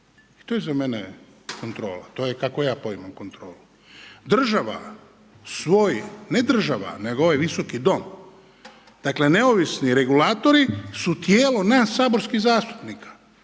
To je za mene kontrola, to je kako ja poimam kontrolu. Država, ne država nego ovaj Visoki dom, dakle neovisni regulatori su tijelo nas saborskih zastupnika,